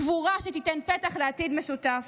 גבורה שתיתן פתח לעתיד משותף.